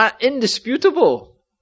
indisputable